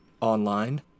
online